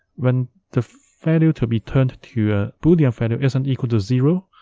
when the value to be turned to a boolean value isn't equal to zero,